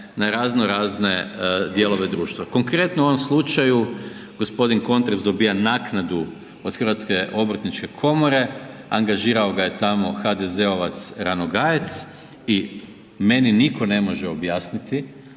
na razno razne dijelove društva. Konkretno u ovom slučaju gospodin Kontrec dobija naknadu od Hrvatske obrtničke komore, angažirao ga je tamo HDZ-ovac Ranogajec i meni nitko ne može objasniti